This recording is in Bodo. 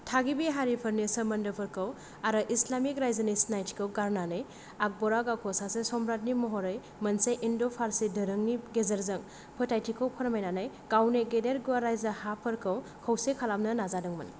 थागिबि हारिफोरनि सोमोन्दोफोरखौ आरो इस्लामिक रायजोनि सिनायथिखौ गारनानै आकबरा गावखौ सासे सम्राटनि महरै मोनसे इन्ड' फारसि दोरोंनि गेजेरजों फोथायथिखौ फोरमायनानै गावनि गेदेर गुवार रायजो हाफोरखौ खौसे खालामनो नाजादोंमोन